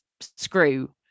screw